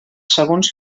segons